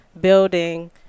building